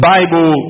Bible